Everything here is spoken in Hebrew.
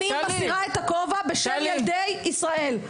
אני מסירה את הכובע בשם ילדי ישראל.